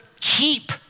Keep